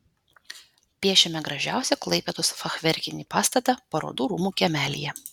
piešime gražiausią klaipėdos fachverkinį pastatą parodų rūmų kiemelyje